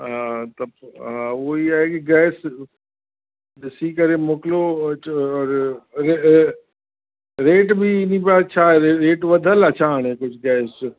हा त हा उहा ई आहे की गैस ॾिसी करे मोकिलियो और रेट बि इन बार छा रे रेट वधियलु आहे छा हाणे कुझु गैस जो